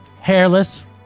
hairless